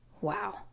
Wow